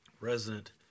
resident